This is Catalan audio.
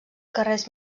carrers